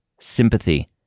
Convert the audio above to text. sympathy